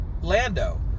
Lando